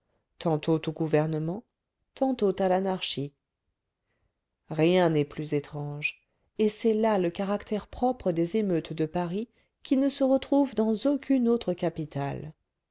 coco tantôt au gouvernement tantôt à l'anarchie rien n'est plus étrange et c'est là le caractère propre des émeutes de paris qui ne se retrouve dans aucune autre capitale